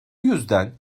yüzden